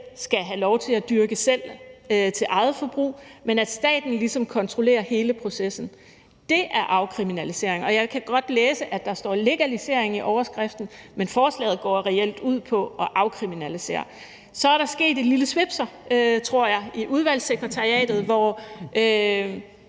skal have lov til selv at dyrke det til eget forbrug, men at staten ligesom kontrollerer hele processen. Det er afkriminalisering. Og jeg kan godt læse, at der står legalisering i overskriften, men forslaget går reelt ud på at afkriminalisere det. Så er der sket en lille svipser, tror jeg, i Udvalgssekretariatet. Man